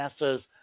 NASA's